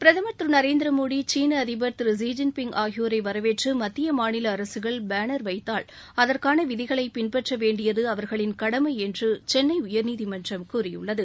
பிரதமர் திரு நரேந்திர மோடி சீன அதிபர் திரு ஸி ஜின்பிங் ஆகியோரை வரவேற்று மத்திய மாநில அரசுகள் பேனர் வைத்தால் அதற்கான விதிகளை பின்பற்ற வேண்டியது அவர்களின் கடனம என்று சென்னை உயர்நீதிமன்றம் கூறியுள்ளது